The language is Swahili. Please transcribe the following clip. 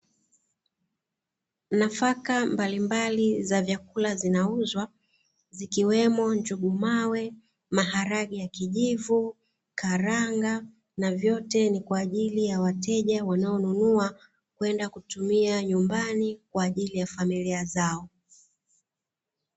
Nafaka mbalimbali za vyakula zinauzwa zikiwemo: njugumawe, maharage ya kijivu, karanga, na vyote ni kwa ajili ya wateja wanaonunua kwenda kutumia nyumbani kwa ajili ya familia zao.